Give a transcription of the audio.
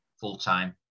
full-time